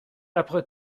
après